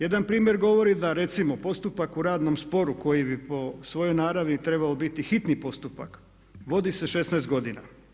Jedan primjer govori da recimo postupak u radnom sporu koji bi po svojoj naravi trebao biti hitni postupak vodi se 16 godina.